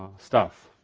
stuff.